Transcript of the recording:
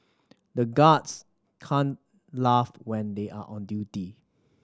the guards can't laugh when they are on duty